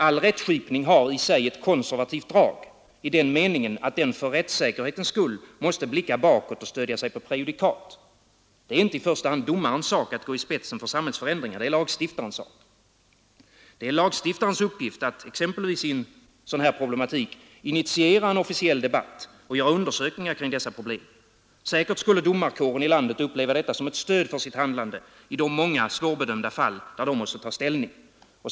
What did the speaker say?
All rättskipning har i sig ett konservativt drag i den meningen att den för rättssäkerhetens skull måste blicka bakåt och stödja sig på prejudikat. Det är inte i första hand domarens sak att gå i spetsen för samhällsförändringar, det är lagstiftarens sak. Det är lagstiftarens uppgift att exempelvis när det gäller sådan här problematik initiera en officiell debatt och göra undersökningar kring dessa problem. Säkert skulle domarkåren uppleva detta som ett stöd för sitt handlande i de många svårbedömda fall där den måste ta ställning.